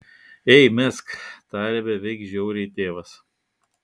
ė mesk tarė beveik žiauriai tėvas